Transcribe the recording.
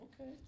Okay